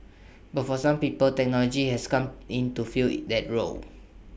but for some people technology has come in to fill that role